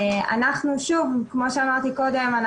כמו שאמרתי קודם,